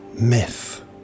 myth